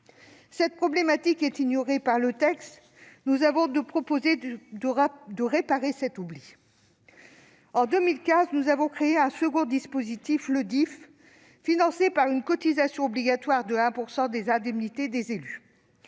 Cette problématique étant ignorée par le texte, nous avons proposé de réparer cet oubli. En 2015, nous avons créé un second dispositif, le DIFE, financé par une cotisation obligatoire de 1 % des indemnités des élus.